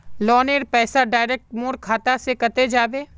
लोनेर पैसा डायरक मोर खाता से कते जाबे?